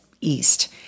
east